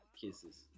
Kisses